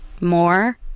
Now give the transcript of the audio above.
more